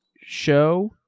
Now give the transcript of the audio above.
show